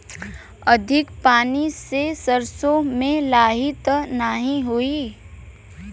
अधिक पानी से सरसो मे लाही त नाही होई?